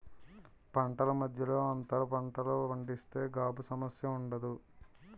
పంటల మధ్యలో అంతర పంటలు పండిస్తే గాబు సమస్య ఉండదు